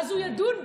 ואז הוא ידון בזה,